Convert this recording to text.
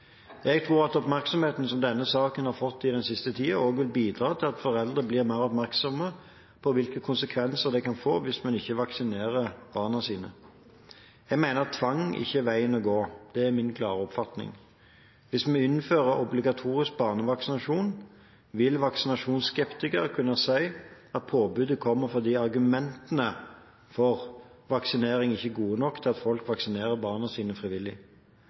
Jeg tror at oppmerksomheten som denne saken har fått den siste tiden, også vil bidra til at foreldre blir mer oppmerksomme på hvilke konsekvenser det kan få hvis man ikke vaksinerer barna sine. Jeg mener at tvang ikke er veien å gå – det er min klare oppfatning. Hvis vi innfører obligatorisk barnevaksinasjon, vil vaksinasjonsskeptikere kunne si at påbudet kommer fordi argumentene for vaksinering ikke er gode nok til at folk vaksinerer barna sine